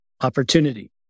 opportunity